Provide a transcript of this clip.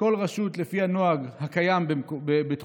אצל כל רשות לפי הנוהג הקיים בתחומה,